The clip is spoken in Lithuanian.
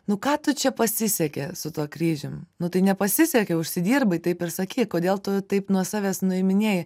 nu ką tu čia pasisekė su tuo kryžium nu tai nepasisekė užsidirbai taip ir sakyk kodėl tu taip nuo savęs nuiminėji